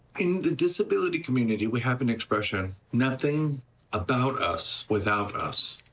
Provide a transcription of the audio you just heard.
in the disability community we have an expression nothing about us without us.